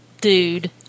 Dude